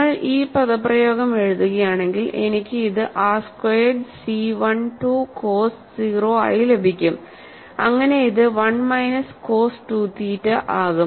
നിങ്ങൾ ഈ പദപ്രയോഗം എഴുതുകയാണെങ്കിൽ എനിക്ക് ഇത് r സ്ക്വയേർഡ് സി 1 2 കോസ് 0 ആയി ലഭിക്കും അങ്ങനെ ഇത് 1 മൈനസ് കോസ് 2 തീറ്റ ആകും